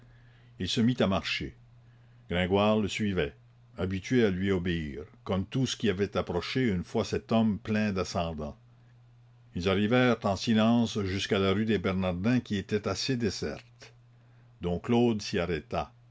il se mit à marcher gringoire le suivait habitué à lui obéir comme tout ce qui avait approché une fois cet homme plein d'ascendant ils arrivèrent en silence jusqu'à la rue des bernardins qui était assez déserte dom claude s'y arrêta